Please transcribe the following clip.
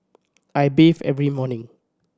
I bathe every morning